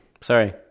Sorry